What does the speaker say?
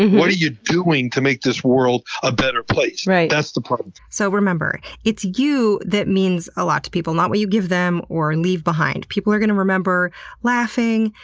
what are you doing to make this world a better place? that's the problem. so remember, it's you that means a lot to people, not what you give them or leave behind. behind. people are gonna remember laughing,